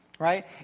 right